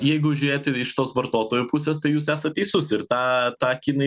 jeigu žiūrėti iš tos vartotojo pusės tai jūs esat teisus ir tą tą kinai